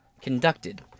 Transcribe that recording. conducted